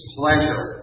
pleasure